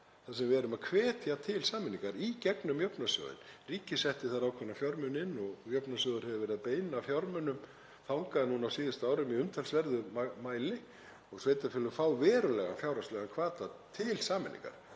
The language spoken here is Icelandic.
þar sem við erum að hvetja til sameiningar í gegnum jöfnunarsjóðinn. Ríkið setti þar ákveðna fjármuni inn og jöfnunarsjóður hefur verið að beina fjármunum þangað núna á síðustu árum í umtalsverðum mæli og sveitarfélögin fá verulegan fjárhagslegan hvata til sameiningar